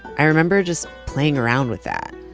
i remember just playing around with that,